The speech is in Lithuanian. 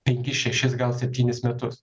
penkis šešis gal septynis metus